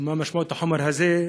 מה משמעות החומר הזה,